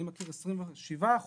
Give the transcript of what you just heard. אני מכיר 27 אחוזים.